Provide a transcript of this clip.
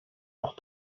leurs